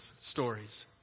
stories